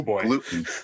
gluten